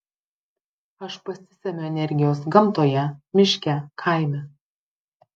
aš pasisemiu energijos gamtoje miške kaime